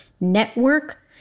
network